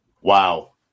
Wow